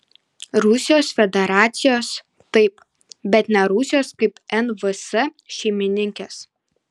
rusijos federacijos taip bet ne rusijos kaip nvs šeimininkės